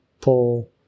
pull